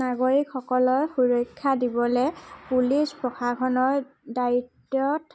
নাগৰিকসকলৰ সুৰক্ষা দিবলৈ পুলিচ প্ৰশাসনৰ দায়িত্বত